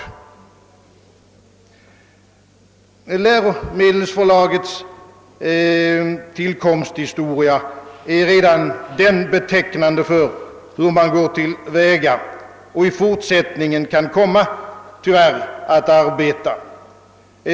Redan läromedelsförlagets tillkomsthistoria är betecknande för hur man i detta fall går till väga och hur man tyvärr kan komma att arbeta i fortsättningen.